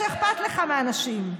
אכפת לך מאנשים,